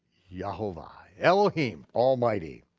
yehovah, elohim, almighty,